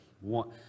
One